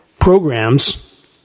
programs